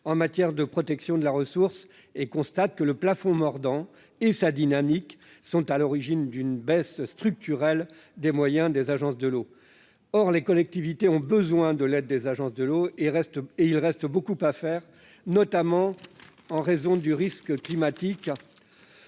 en matière de protection de la ressource. Les auteurs de ce rapport constatent que le plafond mordant et sa dynamique sont à l'origine d'une baisse structurelle des moyens des agences de l'eau. Or les collectivités ont besoin de l'aide des agences de l'eau, car il reste beaucoup à faire, notamment en raison du risque climatique.